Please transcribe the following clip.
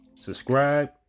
subscribe